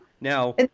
Now—